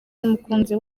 n’umukunzi